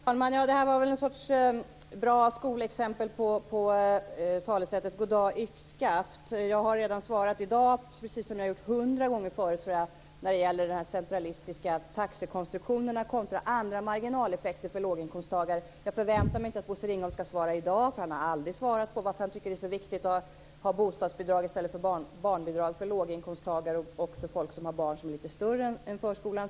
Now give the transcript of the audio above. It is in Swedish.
Fru talman! Det här var väl ett bra skolexempel på talesättet "god dag - yxskaft". Jag har redan svarat i dag, precis som jag har gjort hundra gånger tidigare tror jag, när det gäller de här centralistiska taxekonstruktionerna kontra andra marginaleffekter för låginkomsttagare. Jag förväntar mig inte att Bosse Ringholm ska svara i dag, för han har aldrig svarat, på varför han tycker att det är så viktigt att ha bostadsbidrag i stället för barnbidrag för låginkomsttagare och folk som har barn som är lite större.